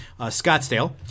Scottsdale